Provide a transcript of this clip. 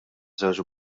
żewġ